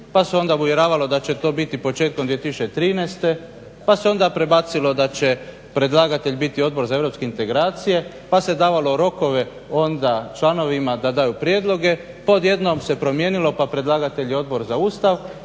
pa se onda uvjeravalo da će to biti početkom 2013. Pa se onda prebacilo da će predlagatelj biti Odbor za Europske integracije pa se davalo rokove onda članovima da daju prijedloge. Pa odjednom se promijenilo pa predlagatelj je Odbor za Ustav.